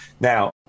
Now